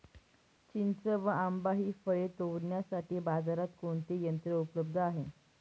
चिंच व आंबा हि फळे तोडण्यासाठी बाजारात कोणते यंत्र उपलब्ध आहे?